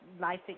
life